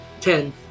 Ten